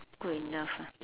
good enough ah